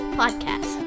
podcast